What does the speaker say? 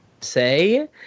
say